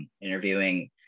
interviewing